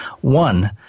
one